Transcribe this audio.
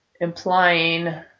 implying